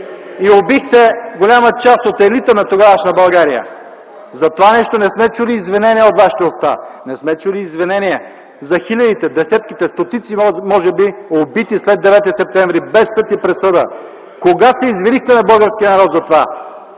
и убихте голяма част от елита на тогавашна България. За това нещо не сме чули извинение от вашата уста. Не сме чули извинение за хилядите, десетките, стотици може би убити след Девети септември без съд и присъда. Кога се извинихте на българския народ за това?